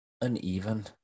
Uneven